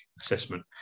assessment